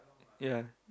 ya